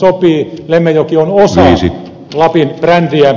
lemmenjoki on osa lapin brändiä